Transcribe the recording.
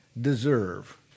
deserve